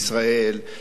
לבנות עוד,